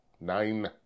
Nine